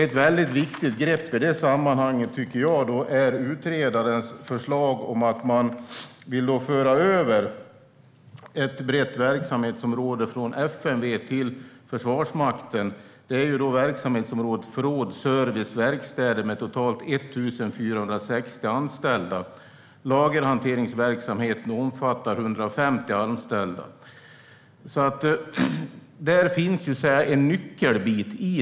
Ett viktigt grepp i detta sammanhang är utredarens förslag om att föra över ett brett verksamhetsområde från FMV till Försvarsmakten. Det gäller verksamhetsområdet förråd, service och verkstäder med totalt 1 460 anställda, och lagerhanteringsverksamheten omfattar 150 anställda. Här finns en nyckelbit.